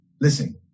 Listen